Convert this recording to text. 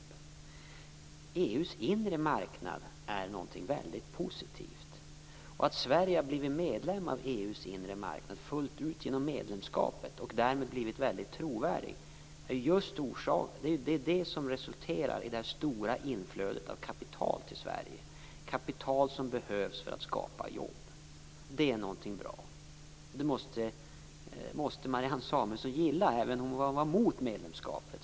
EU:s inre marknad är någonting väldigt positivt. Att Sverige har blivit medlem av EU:s inre marknad fullt ut genom medlemskapet och därmed blivit väldigt trovärdigt har resulterat i det stora inflödet av kapital till Sverige - kapital som behövs för att skapa jobb. Det är någonting bra. Det måste Marianne Samuelsson gilla, även om hon var mot medlemskapet.